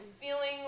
feeling